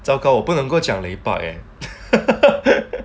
糟糕我不能够讲 lepak eh